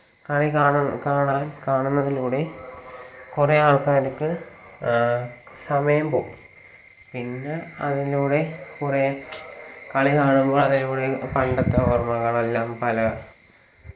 കളി കാണണം കാണാൻ കാണുന്നതിലൂടെ കുറെ ആൾക്കാർക്ക് സമയം പോകും പിന്നെ അതിലൂടെ കുറെ കളി കാണുമ്പോൾ അതിലൂടെ പണ്ടത്തെ ഓർമകളെല്ലാം പല